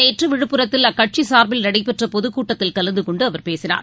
நேற்றுவிழுப்புரத்தில் அக்கட்சிசார்பில் நடைபெற்றபொதுக்கூட்டத்தில் கலந்துகொண்டுஅவர் பேசினார்